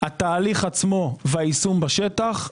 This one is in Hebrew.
התהליך עצמו והיישום בשטח,